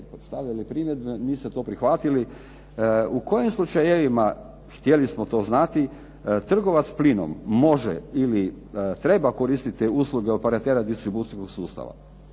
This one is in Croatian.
postavljali primjedbe, niste to prihvatili. U kojim slučajevima, htjeli smo to znati, trgovac plinom može ili treba koristiti usluge operatera distribucijskog sustava.